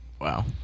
wow